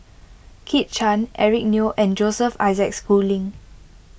Kit Chan Eric Neo and Joseph Isaac Schooling